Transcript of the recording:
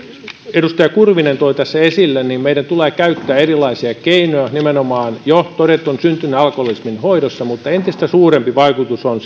edustaja kurvinen toi tässä esille meidän tulee käyttää erilaisia keinoja nimenomaan jo todetun syntyneen alkoholismin hoidossa mutta entistä suurempi vaikutus on